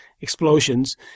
explosions